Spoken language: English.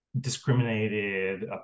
discriminated